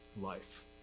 life